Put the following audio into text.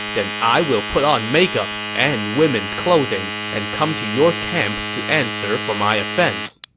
then i will put on makeup and women's clothing and come to your camp to answer for my offense.